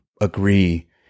agree